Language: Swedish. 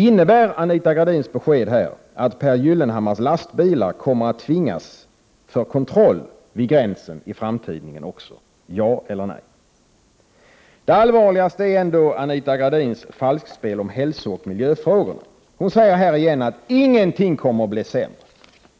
Innebär Anita Gradins besked här att Pehr Gyllenhammars lastbilar kommer att tvingas stanna för kontroll vid gränsen i framtiden också, ja eller nej? Det allvarligaste är ändå Anita Gradins falskspel om hälsooch miljöfrågorna. Hon säger här igen att ingenting kommer att bli sämre.